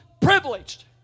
privileged